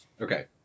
Okay